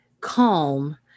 calm